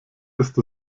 ist